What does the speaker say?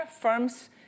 Firms